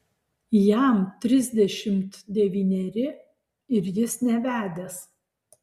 jam trisdešimt devyneri ir jis nevedęs